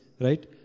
Right